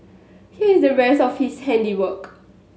here is the rest of his handiwork